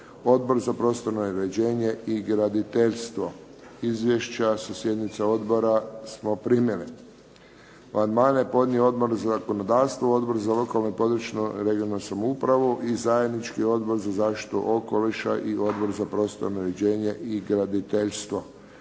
Odbor za prostorno uređenje i graditeljstvo. Izvješća sa sjednica odbora smo primili. Amandmane je podnio Odbor za zakonodavstvo, Odbor za lokalnu i područnu (regionalnu) samoupravu i zajednički Odbor za zaštitu okoliša i Odbor za prostorno uređenje i graditeljstvo.